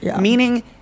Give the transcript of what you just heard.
meaning